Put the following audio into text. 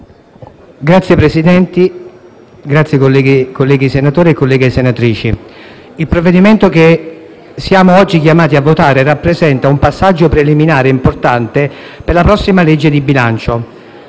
Signor Presidente, colleghi senatori e colleghe senatrici, il provvedimento che siamo oggi chiamati a votare rappresenta un passaggio preliminare e importante per la prossima legge di bilancio.